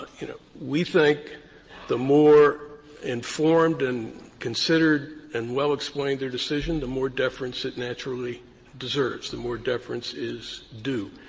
ah you know, we think the more informed and considered and well-explained their decision, the more deference it naturally deserves, the more deference is due.